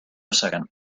second